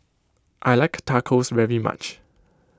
I like Tacos very much